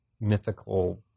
mythical